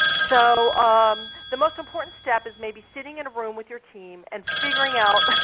so the most important step is maybe sitting in a room with your team, and figuring out